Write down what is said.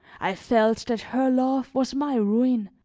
i felt that her love was my ruin,